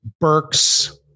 Burks